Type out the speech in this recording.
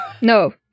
no